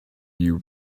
you